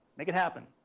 make it happen.